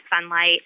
sunlight